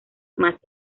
más